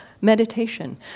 meditation